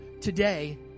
today